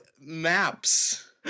maps